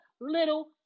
little